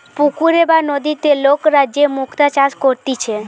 পুকুরে বা নদীতে লোকরা যে মুক্তা চাষ করতিছে